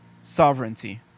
sovereignty